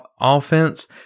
offense